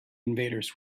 invaders